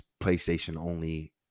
PlayStation-only